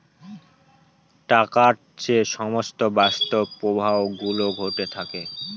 টাকার যে সমস্ত বাস্তব প্রবাহ গুলো ঘটে থাকে